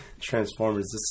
Transformers